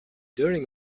during